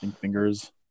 fingers